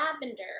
lavender